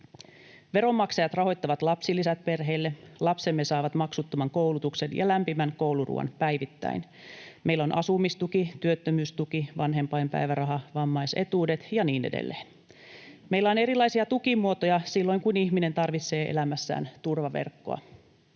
Veronmaksajat rahoittavat lapsilisät perheille, lapsemme saavat maksuttoman koulutuksen ja lämpimän kouluruuan päivittäin. Meillä on asumistuki, työttömyystuki, vanhempainpäiväraha, vammaisetuudet ja niin edelleen. Meillä on erilaisia tukimuotoja silloin, kun ihminen tarvitsee elämässään turvaverkkoa.